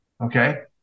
Okay